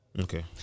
okay